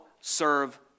serve